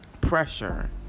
pressure